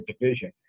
division